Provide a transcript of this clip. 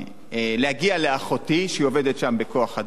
להגיע לאחותי, שהיא עובדת שם בכוח-אדם.